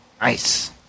Nice